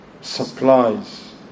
supplies